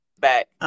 back